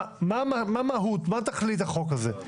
מה תכלית החוק הזה,